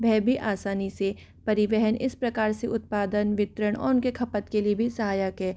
वह भी आसानी से परिवहन इस प्रकार से उत्पादन वितरण और उनके खपत के लिए भी सहायक है